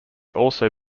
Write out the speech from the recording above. also